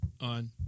on